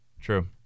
True